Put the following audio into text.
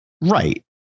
Right